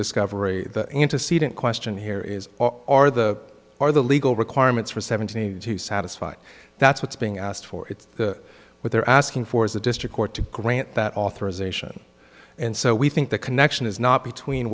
discover a the antecedent question here is are the are the legal requirements for seventeen to satisfy that's what's being asked for it's the what they're asking for is a district court to grant that authorization and so we think the connection is not between